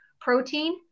Protein